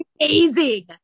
Amazing